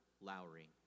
Lowry